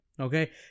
Okay